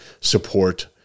support